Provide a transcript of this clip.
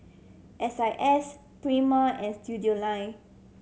S I S Prima and Studioline